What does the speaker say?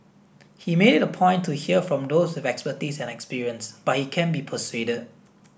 he made it a point to hear from those with expertise and experience but he can be persuaded